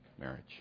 marriage